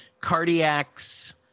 Cardiac's